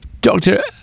Doctor